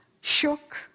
shook